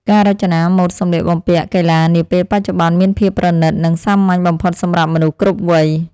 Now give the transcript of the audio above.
ការរចនាម៉ូដសម្លៀកបំពាក់កីឡានាពេលបច្ចុប្បន្នមានភាពប្រណីត និងសាមញ្ញបំផុតសម្រាប់មនុស្សគ្រប់វ័យ។